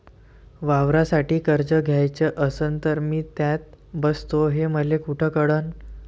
वावरासाठी कर्ज घ्याचं असन तर मी त्यात बसतो हे मले कुठ कळन?